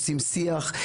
עושים שיח,